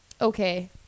Okay